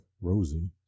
Rosie